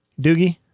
Doogie